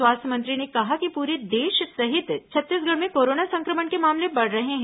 स्वास्थ्य मंत्री ने कहा कि पूरे देश सहित छत्तीसगढ़ में कोरोना संक्रमण के मामले बढ़ रहे हैं